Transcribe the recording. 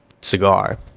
cigar